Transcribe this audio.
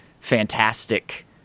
fantastic